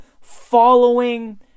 following